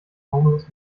homeless